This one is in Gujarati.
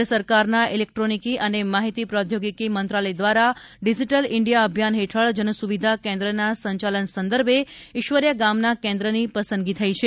કેન્દ્ર સરકારના ઇલેક્ટ્રોનિકી અને માહિતી પ્રૌદ્યોગિકી મંત્રાલય દ્વારા ડિજીટલ ઇન્ડિયા અભિયાન હેઠળ જનસુવિધા કેન્દ્રના સંચાલન સંદર્ભે ઈશ્વરીયા ગામના કેન્દ્રના પસંદગી થઇ છે